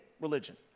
religion